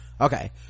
okay